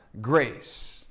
grace